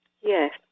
Yes